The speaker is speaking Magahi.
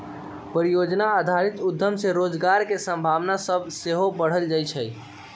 परिजोजना आधारित उद्यम से रोजगार के संभावना सभ सेहो बढ़इ छइ